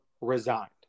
resigned